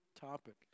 topic